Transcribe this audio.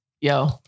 Yo